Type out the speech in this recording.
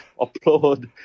applaud